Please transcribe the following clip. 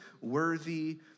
worthy